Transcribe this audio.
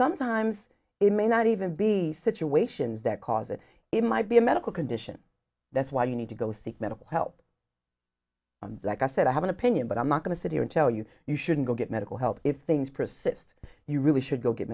sometimes it may not even be situations that cause it it might be a medical condition that's why you need to go seek medical help like i said i have an opinion but i'm not going to sit here and tell you you shouldn't go get medical help if things persist you really should go get